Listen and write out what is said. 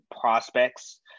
prospects